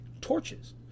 torches